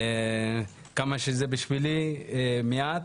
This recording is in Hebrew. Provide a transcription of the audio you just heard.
כמה שזה בשבילי מעט,